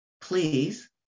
please